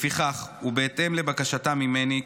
לפיכך ובהתאם לבקשה ממני,